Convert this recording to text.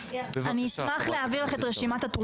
חברת הכנסת עאידה